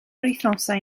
wythnosau